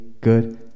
good